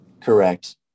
Correct